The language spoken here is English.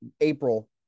April